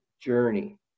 journey